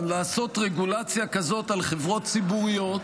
לעשות רגולציה כזאת על חברות ציבוריות,